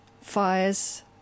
fires